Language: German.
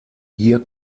hier